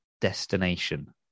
destination